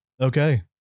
Okay